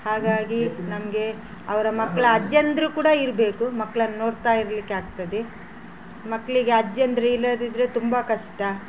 ಹಾಗಾಗಿ ನಮಗೆ ಅವರ ಮಕ್ಳ ಅಜ್ಜಿಯಂದಿರು ಕೂಡ ಇರಬೇಕು ಮಕ್ಳನ್ನು ನೋಡ್ತಾ ಇರಲಿಕ್ಕೆ ಆಗ್ತದೆ ಮಕ್ಕಳಿಗೆ ಅಜ್ಜಿಯಂದ್ರು ಇಲ್ಲದಿದ್ದರೆ ತುಂಬ ಕಷ್ಟ